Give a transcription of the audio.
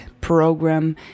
program